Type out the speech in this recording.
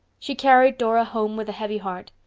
she carried dora home with a heavy heart.